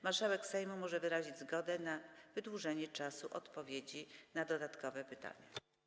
Marszałek Sejmu może wyrazić zgodę na wydłużenie czasu odpowiedzi na dodatkowe pytanie.